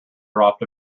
dropped